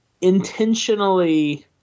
intentionally –